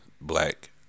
Black